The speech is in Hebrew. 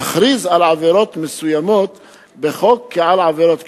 להכריז על עבירות מסוימות בחוק כעל עבירות קנס,